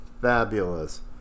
fabulous